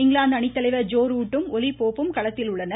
இங்கிலாந்து அணித்தலைவர் ஜோரூட்டும் ஒலி போப்பும் களத்தில் உள்ளனர்